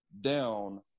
down